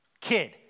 kid